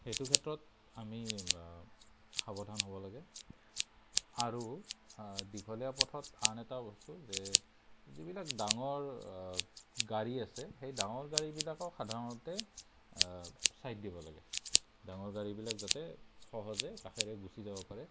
সেইটো ক্ষেত্ৰত আমি সাৱধান হ'ব লাগে আৰু দীঘলীয়া পথত আন এটা বস্তু যে যিবিলাক ডাঙৰ গাড়ী আছে সেই ডাঙৰ গাড়ীবিলাকক সাধাৰণতে চাইড দিব লাগে ডাঙৰ গাড়ীবিলাক যাতে সহজে কাষেৰে গুছি যাব পাৰে